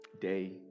day